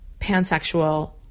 pansexual